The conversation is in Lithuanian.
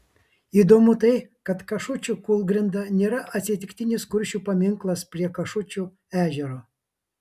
įdomu tai kad kašučių kūlgrinda nėra atsitiktinis kuršių paminklas prie kašučių ežero